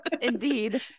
Indeed